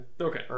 Okay